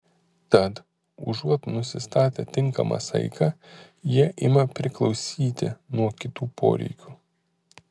tad užuot nusistatę tinkamą saiką jie ima priklausyti nuo kitų poreikių